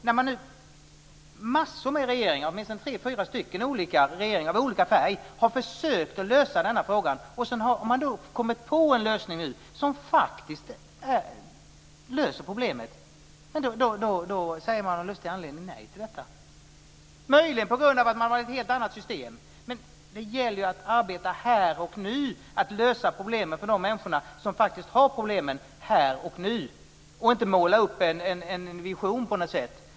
När nu massor av regeringar, åtminstone tre fyra stycken regeringar av olika färg, har försökt att lösa denna fråga och man nu har kommit på något som faktiskt löser problemet, säger man av någon lustig anledning nej till detta. Möjligen gör man det på grund av att man förespråkar ett helt annat system, men det gäller ju att arbeta här och nu för att lösa problemen för de människor som faktiskt har problemen här och nu och inte måla upp någon vision på något sätt.